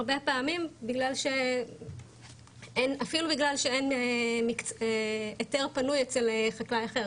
הרבה פעמים אפילו בגלל שאין היתר פנוי אצל חקלאי אחר.